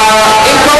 לממשלה הקודמת.